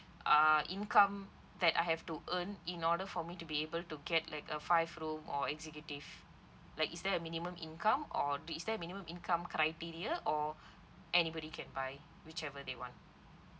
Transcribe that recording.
uh income that I have to earn in order for me to be able to get like a five room or executive like is there a minimum income or is there minimum income criteria or anybody can buy whichever they want